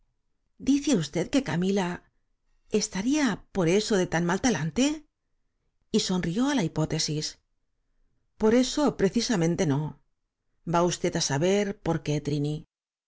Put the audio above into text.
dice usted que camila estaría por eso de tan mal talante y sonrió á la hipótesis por eso precisamente no va usted á saber por qué trini